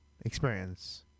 experience